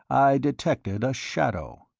i detected a shadow.